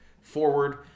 forward